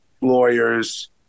lawyers